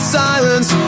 silence